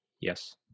Yes